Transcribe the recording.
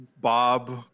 Bob